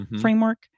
framework